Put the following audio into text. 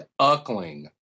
Uckling